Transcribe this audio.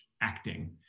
acting